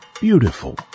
beautiful